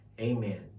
Amen